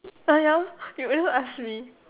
ah ya you never ask me